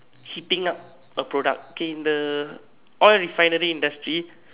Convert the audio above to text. heating up a product k in the oil refinery industry